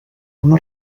una